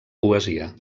poesia